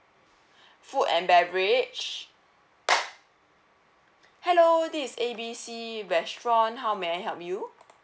food and beverage hello this is A B C restaurant how may I help you